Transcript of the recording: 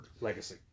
Legacy